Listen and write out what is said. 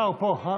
הוא פה.